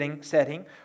setting